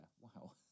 Wow